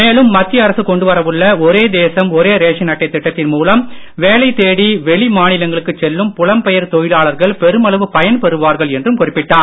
மேலும் மத்திய அரசு கொண்டு வரவுள்ள ஒரே தேசம் ஒரே ரேஷன் அட்டை திட்டத்தின் மூலம் வேலை தேடி வெளி மாநிலங்களுக்கு செல்லும் புலம்பெயர் தொழிலாளர்கள் பெருமளவு பயன் பெறுவார்கள் என்று குறிப்பிட்டார்